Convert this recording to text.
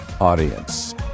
audience